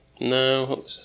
No